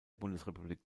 bundesrepublik